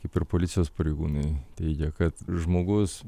kaip ir policijos pareigūnai teigia kad žmogus